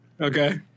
Okay